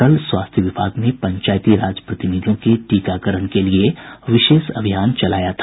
कल स्वास्थ्य विभाग ने पंचायती राज प्रतिनिधियों के टीकाकरण के लिए विशेष अभियान चलाया था